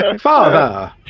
Father